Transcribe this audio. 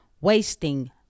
Wasting